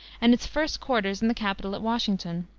and its first quarters in the capitol at washington.